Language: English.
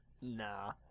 Nah